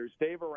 Dave